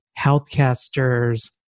Healthcasters